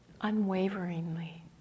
unwaveringly